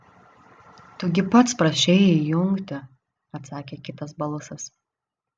tu gi pats prašei įjungti atsakė kitas balsas